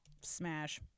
Smash